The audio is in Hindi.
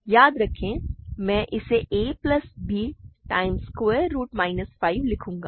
याद रखें कि मैं इसे a plus b times square root minus 5 लिखूंगा